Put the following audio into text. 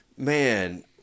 Man